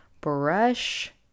brush